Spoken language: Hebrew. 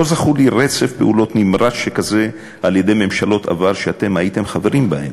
לא זכור לי רצף פעולות נמרץ שכזה של ממשלות עבר שאתם הייתם חברים בהן,